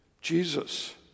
Jesus